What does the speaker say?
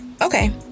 Okay